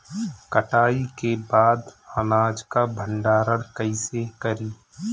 कटाई के बाद अनाज का भंडारण कईसे करीं?